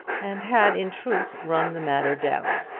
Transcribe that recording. and had in truth run the matter down.